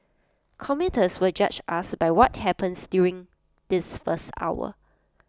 commuters will judge us by what happens during this first hour